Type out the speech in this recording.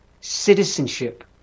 citizenship